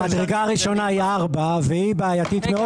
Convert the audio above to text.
המדרגה הראשונה היא ארבע והיא בעייתית מאוד.